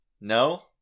no